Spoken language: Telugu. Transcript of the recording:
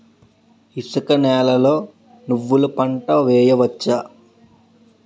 ఇసుక నేలలో నువ్వుల పంట వేయవచ్చా?